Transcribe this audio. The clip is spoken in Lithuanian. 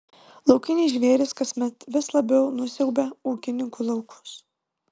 laukiniai žvėrys kasmet vis labiau nusiaubia ūkininkų laukus